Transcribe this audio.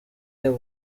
y’u